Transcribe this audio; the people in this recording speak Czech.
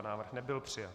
Návrh nebyl přijat.